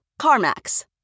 CarMax